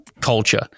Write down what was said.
culture